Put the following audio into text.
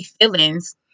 feelings